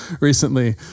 recently